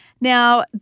Now